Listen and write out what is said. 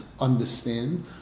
understand